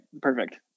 perfect